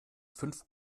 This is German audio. fünf